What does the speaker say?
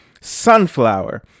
Sunflower